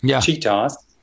cheetahs